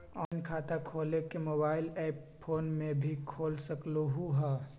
Online खाता खोले के मोबाइल ऐप फोन में भी खोल सकलहु ह?